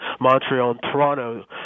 Montreal-Toronto